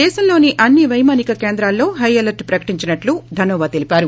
దేశంలోని అన్ని పైమానిక కేంద్రాల్లో హైఅలర్ట్ ప్రకటించినట్లు ధనోవా తెలిపారు